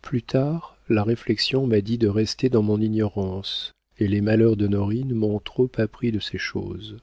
plus tard la réflexion m'a dit de rester dans mon ignorance et les malheurs d'honorine m'ont trop appris de ces choses